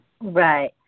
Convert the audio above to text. Right